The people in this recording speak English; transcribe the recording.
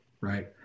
right